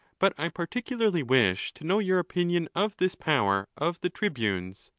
but i parti cularly wish to know your opinion of this power of the tribunes.